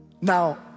Now